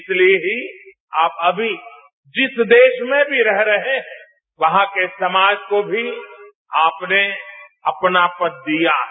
इसलिए ही आप अभी जिस देश में भी रह रहे हैं वहां के समाज को भी आपने अपनापन दिया है